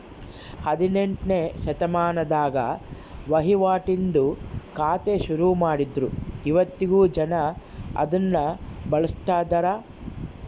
ಹದಿನೆಂಟ್ನೆ ಶತಮಾನದಾಗ ವಹಿವಾಟಿಂದು ಖಾತೆ ಶುರುಮಾಡಿದ್ರು ಇವತ್ತಿಗೂ ಜನ ಅದುನ್ನ ಬಳುಸ್ತದರ